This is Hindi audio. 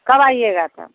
कब आइएगा तो